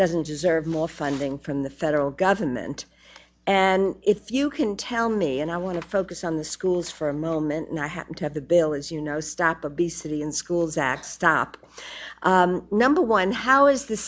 doesn't deserve more funding from the federal government and if you can tell me and i want to focus on the schools for a moment and i happen to have the bill as you know stop obesity in schools act stop number one how is the